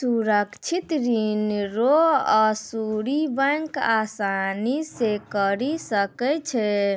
सुरक्षित ऋण रो असुली बैंक आसानी से करी सकै छै